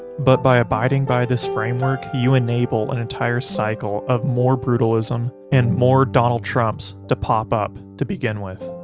but by abiding by this framework you enable an entire cycle of more brutalism and more donald trump's to pop up to begin with.